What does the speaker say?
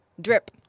Drip